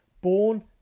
born